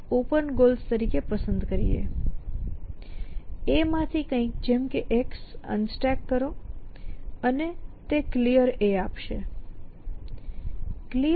A માંથી કંઈક જેમ કે x અનસ્ટેક કરો અને તે Clear આપશે